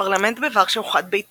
הפרלמנט בוורשה הוא חד-ביתי